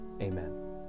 amen